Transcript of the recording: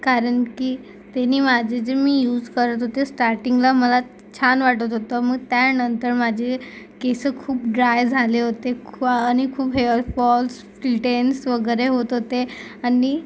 कारण की त्यानी माझे जे मी यूज करत होते स्टार्टिंगला मला छान वाटत होतं मग त्यानंतर माझे केस खूप ड्राय झाले होते क आणि खूप हेयर फॉल्स फ्लिटेंटस् वगैरे होत होते आणि